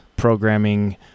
programming